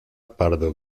pardo